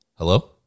Hello